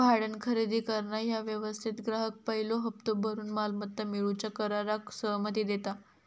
भाड्यान खरेदी करणा ह्या व्यवस्थेत ग्राहक पयलो हप्तो भरून मालमत्ता मिळवूच्या कराराक सहमती देता